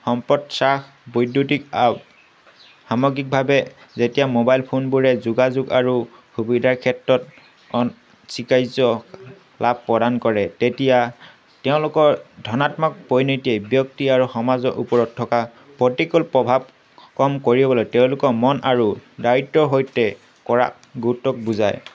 সম্পদ শ্বাস বৈদ্যুতিক আৰু সামগ্ৰিকভাৱে যেতিয়া মোবাইল ফোনবোৰে যোগাযোগ আৰু সুবিধাৰ ক্ষেত্ৰত লাভ প্ৰদান কৰে তেতিয়া তেওঁলোকৰ ধনাত্মক পৰিনীতিয়ে ব্যক্তি আৰু সমাজৰ ওপৰত থকা প্ৰতিকূল প্ৰভাৱ কম কৰিবলৈ তেওঁলোকৰ মন আৰু দায়িত্বৰ সৈতে কৰা গুৰুত্বক বুজায়